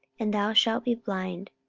and thou shalt be blind,